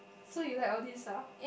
so you like all these ah